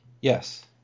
Yes